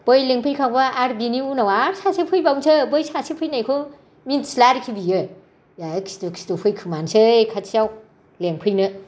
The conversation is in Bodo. बै लिंफैखांबा बिनि उनावबो आरो सासे फैबावनोसै बै सासे फैनायखौ मिथिला आरो बियो जाय खिथु खिथु फैखुमानोसै खाथियाव लिंफैनो